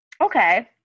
Okay